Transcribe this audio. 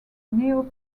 neo